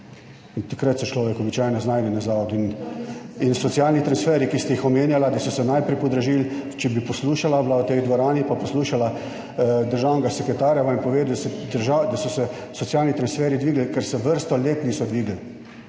In takrat se človek običajno znajde na zavodu in, in socialni transferji, ki ste jih omenjali, da so se najprej podražili, če bi poslušala, bila v tej dvorani pa poslušala državnega sekretarja, vam je povedal, da se država, da so se socialni transferji dvignili, ker se vrsto let niso dvignili